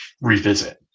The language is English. revisit